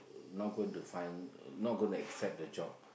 not going to find not going to accept the job